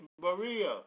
Maria